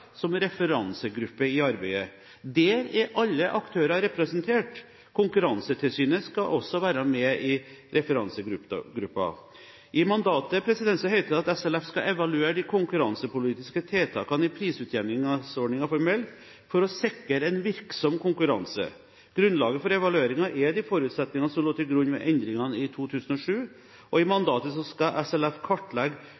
som referansegruppe i arbeidet. Der er alle aktører representert. Konkurransetilsynet skal også være med i referansegruppen. I mandatet heter det at SLF skal evaluere de konkurransepolitiske tiltakene i prisutjevningsordningen for melk for å sikre en virksom konkurranse. Grunnlaget for evalueringen er de forutsetningene som lå til grunn ved endringene i 2007. I